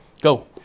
Go